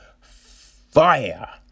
fire